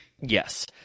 Yes